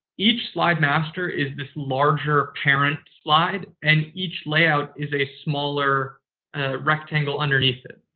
each slide master is this larger parent slide, and each layout is a smaller rectangle underneath it.